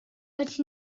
but